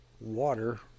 water